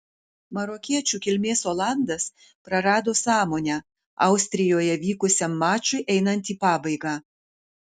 marokiečių kilmės olandas prarado sąmonę austrijoje vykusiam mačui einant į pabaigą